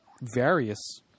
various